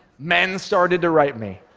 men started to write me.